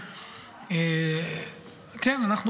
שחיקת המעמד הבין-לאומי, כן או